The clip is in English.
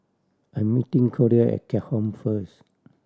I'm meeting Collier at Keat Hong first